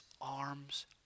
arms